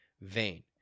vain